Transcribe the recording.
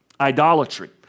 idolatry